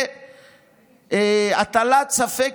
זה הטלת ספק